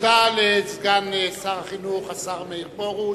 תודה לסגן שר החינוך השר מאיר פרוש.